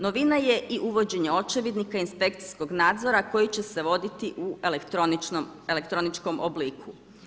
Novina je i uvođenje očevidnika, inspekcijskog nadzora koji će se voditi u elektroničkom obliku.